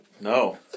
No